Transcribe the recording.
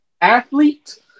athlete